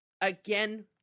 Again